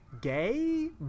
gay